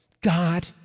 God